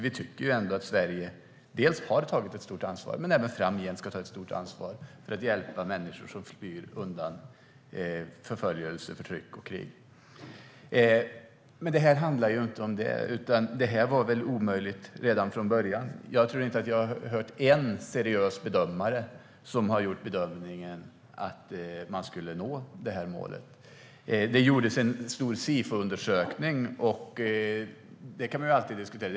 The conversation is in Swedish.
Sverige har tagit ett stort ansvar, men vi tycker att vi även framgent ska ta ett stort ansvar för att hjälpa människor som flyr undan förföljelse, förtryck och krig. Men jobbmålet handlar ju inte om det, och det var väl omöjligt redan från början. Jag tror inte att jag har hört en enda seriös bedömare som har gjort bedömningen att man skulle kunna nå målet. Det gjordes en stor Sifo-undersökning, och sådana kan man alltid diskutera.